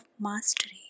mastery